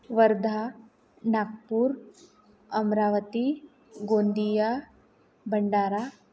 Wardha Nagpur Amravati Gondia Bhandara